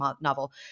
novel